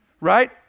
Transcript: right